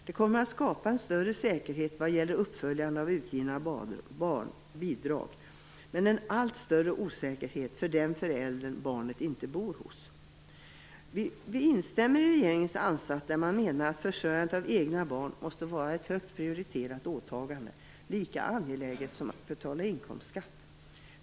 Det kommer att skapa en större säkerhet vad gäller uppföljandet av utgivna barnbidrag men en allt större osäkerhet för den förälder barnet inte bor hos. Vi instämmer i regeringens ansats att man menar att försörjandet av egna barn måste vara ett högt prioriterat åtagande, lika angeläget som att betala inkomstskatt.